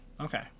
okay